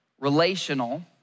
relational